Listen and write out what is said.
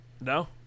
No